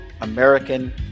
American